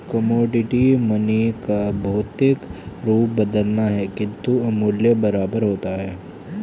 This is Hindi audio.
कमोडिटी मनी का भौतिक रूप बदलता है किंतु मूल्य बरकरार रहता है